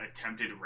attempted